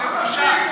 זאת בושה.